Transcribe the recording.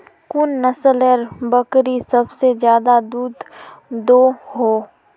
कुन नसलेर बकरी सबसे ज्यादा दूध दो हो?